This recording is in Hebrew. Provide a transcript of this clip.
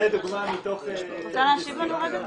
זו דוגמה מתוך --- את רוצה להשיב לנו רגע?